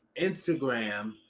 Instagram